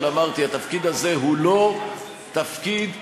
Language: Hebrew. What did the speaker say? אבל אמרתי: התפקיד הזה הוא לא תפקיד פשטני.